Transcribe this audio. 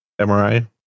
mri